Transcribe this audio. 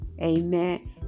Amen